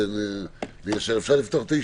שלום לכולם,